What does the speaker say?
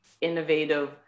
innovative